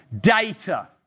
data